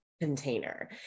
container